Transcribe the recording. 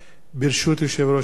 ברשות יושב-ראש הישיבה,